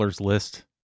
list